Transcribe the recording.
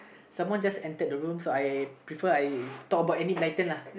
someone just entered the room so I prefer I talk about Enid-Blyton lah